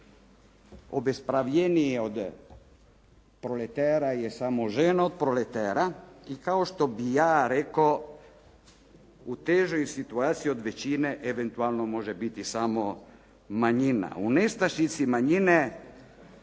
"Obespravljenije od proletera je samo žena od proletera." I kao što bih ja rekao, u težoj situaciji od većine eventualno može biti samo manjina. U nestašici manjine